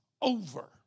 over